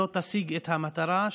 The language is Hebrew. שלא תשיג את המטרה,